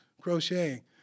crocheting